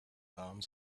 arms